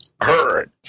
heard